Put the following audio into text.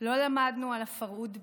לא למדנו על הפרהוד בעיראק,